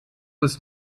uns